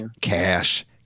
Cash